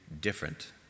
different